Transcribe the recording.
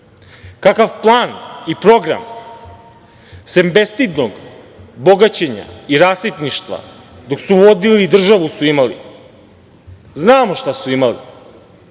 kakav plan i program, sem bestidnog bogaćenja i rasipništva dok su vodili i državu su imali. Znamo šta su imali.